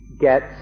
get